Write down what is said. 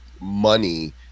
money